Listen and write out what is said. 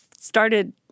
started